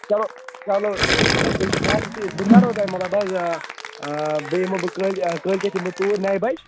چلو چلو بَس بہٕ حظ چھُس ٹھیٖک بہٕ کرہو تۄہہِ مطلب حظ بیٚیہِ یِمو بہٕ کٲلۍکیٚتھ کٲلۍ کیٚتھ یِمہٕ بہٕ توٗرۍ نَوِ بَجہِ